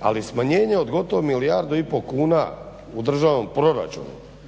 Ali smanjenje od gotovo milijardu i pol kuna u državnom proračunu